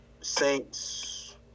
Saints